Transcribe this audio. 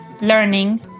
learning